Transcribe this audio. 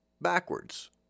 backwards